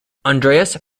andreas